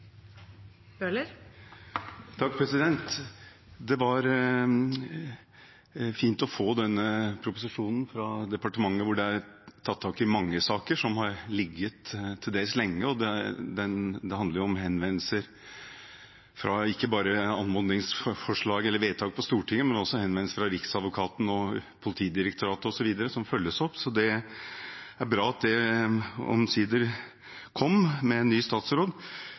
tatt tak i mange saker som til dels har ligget lenge. Det handler ikke bare om anmodningsvedtak fra Stortinget, men også om henvendelser fra Riksadvokaten og Politidirektoratet osv. som følges opp. Det er bra at det omsider kom, med en ny statsråd,